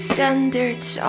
Standards